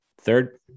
Third